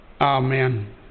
Amen